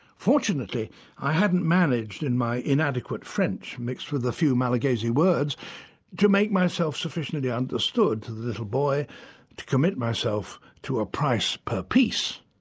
fortunately i hadn't managed in my inadequate french mixed with a few malagasy words to make myself sufficiently understood to the little boy to commit myself to a price per piece.